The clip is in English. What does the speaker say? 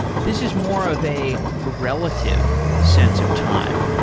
this is more of a relative sense of time.